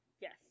yes